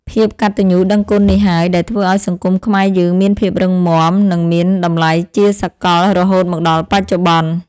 ភាពកតញ្ញូដឹងគុណនេះហើយ ដែលធ្វើឱ្យសង្គមខ្មែរយើងមានភាពរឹងមាំ និងមានតម្លៃជាសកលរហូតមកដល់បច្ចុប្បន្ន។